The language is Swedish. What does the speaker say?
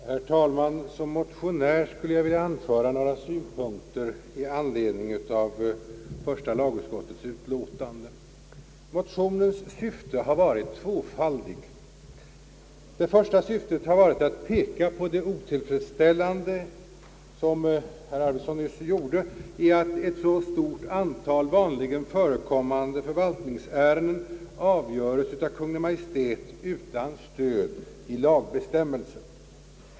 Herr talman! Som motionär vill jag anföra några synpunkter i anledning av första lagutskottets utlåtande. Motionens syfte har varit tvåfaldigt. Det första syftet har varit att påpeka — som herr Arvidson nyss gjorde — det otillfredsställande i att ett stort antal vanligen förekommande förvaltningsärenden avgöres av Kungl. Maj:t utan stöd i lagbestämmelse.